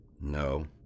No